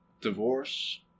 divorce